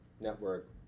network